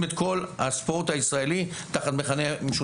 את כל הספורט הישראלי תחת מכנה משותף אחד.